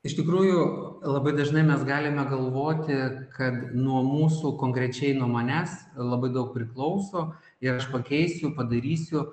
iš tikrųjų labai dažnai mes galime galvoti kad nuo mūsų konkrečiai nuo manęs labai daug priklauso ir aš pakeisiu padarysiu